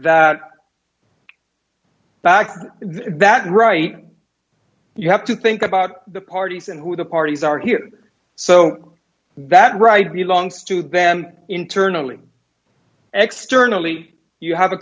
that back to that right you have to think about the parties and who the parties are here so that right he longs to band internally and externally you have a